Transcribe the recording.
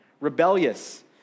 rebellious